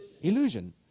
Illusion